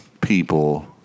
people